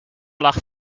lag